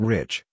Rich